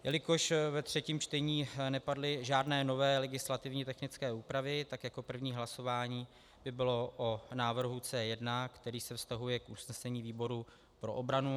Jelikož ve třetím čtení nepadly žádné nové legislativně technické úpravy, tak jako první hlasování by bylo o návrhu C1, který se vztahuje k usnesení výboru pro obranu.